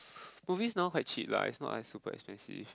movies now quite cheap lah it's not like super expensive